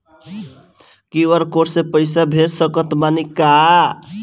QR code से पईसा भेज सक तानी का?